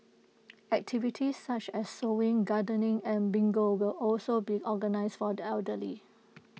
activities such as sewing gardening and bingo will also be organised for the elderly